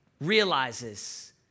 realizes